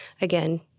again